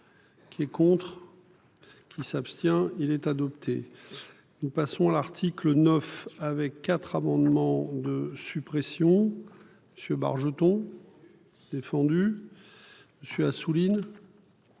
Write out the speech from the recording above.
Qui est contre. Il s'abstient il est adopté. Nous passons l'article 9 avec 4 amendements de suppression. Bargeton. Défendu. Je suis Assouline.